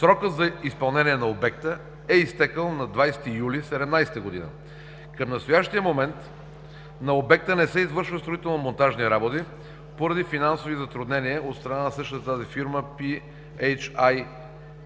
Срокът за изпълнение на обекта е изтекъл на 20 юли 2017 г. Към настоящия момент на обекта не се извършват строително-монтажни работи поради финансови затруднения от страна на същата тази